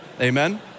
Amen